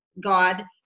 God